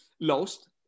lost